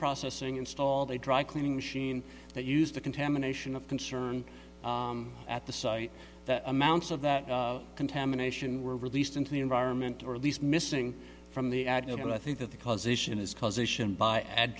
processing installed a dry cleaning machine that used the contamination of concern at the site amounts of that contamination were released into the environment or at least missing from the ad i think that the causation is causation by